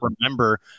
remember